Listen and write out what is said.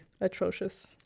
Atrocious